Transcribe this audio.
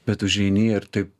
bet užeini ir taip